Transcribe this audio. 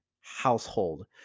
household